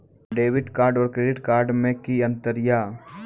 Debit card और credit card मे कि अंतर या?